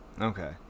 Okay